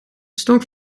stonk